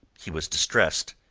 he was distressed.